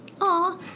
Aw